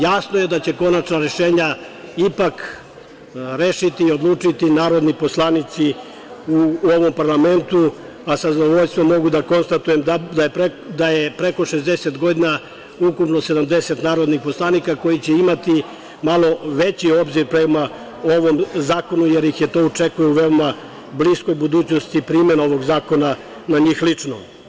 Jasno je da će o konačnim rešenjima ipak rešiti i odlučiti narodni poslanici u ovom parlamentu, a sa zadovoljstvom mogu da konstatujem da je preko 60 godina ukupno 70 narodnih poslanika koji će imati malo veći obzir prema ovom zakonu jer ih to očekuje u veoma bliskoj budućnosti primenom ovog zakona na njih lično.